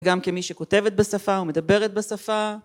גם כמי שכותבת בשפה ומדברת בשפה